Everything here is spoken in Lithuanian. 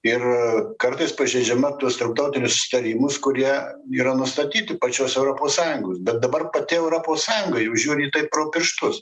ir kartais pažeidžiama tuos tarptautinius susitarimus kurie yra nustatyti pačios europos sąjungos bet dabar pati europos sąjunga jau žiūri į tai pro pirštus